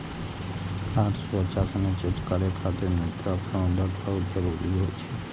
खाद्य सुरक्षा सुनिश्चित करै खातिर मृदा प्रबंधन बहुत जरूरी होइ छै